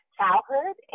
childhood